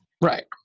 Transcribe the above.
right